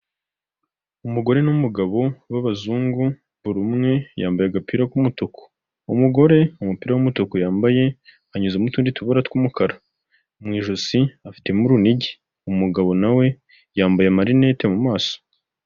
Umugore n'umugabo b'ababazungu buri umwe yambaye agapira k'umutuku, umugore umupira w'umutuku yambaye hanyuzemo mu tundi tubura tw'umukara, mu ijosi afitemo urunigi umugabo nawe yambaye amarinete mu maso.